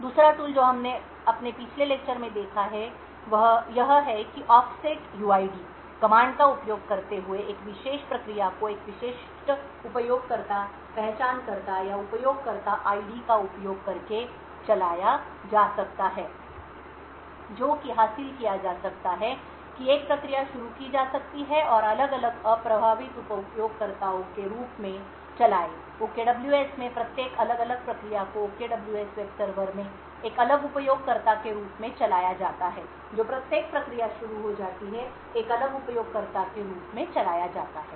दूसरा टूल जो हमने अपने पिछले लेक्चर में देखा है वह यह है कि off set uid set uid command का उपयोग करते हुए एक विशेष प्रक्रिया को एक विशिष्ट उपयोगकर्ता पहचानकर्ता या उपयोगकर्ता आईडी का उपयोग करके चलाया जा सकता है जो कि हासिल किया जा सकता है कि एक प्रक्रिया शुरू की जा सकती है और अलग अलग अप्रभावित उपयोगकर्ताओं के रूप में चलाएं OKWS में प्रत्येक अलग अलग प्रक्रिया को OKWS वेब सर्वर में एक अलग उपयोगकर्ता के रूप में चलाया जाता है जो प्रत्येक प्रक्रिया शुरू हो जाती है एक अलग उपयोगकर्ता के रूप में चलाया जाता है